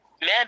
Man